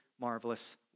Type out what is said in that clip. marvelous